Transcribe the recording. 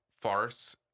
farce